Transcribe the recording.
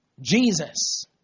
Jesus